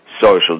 social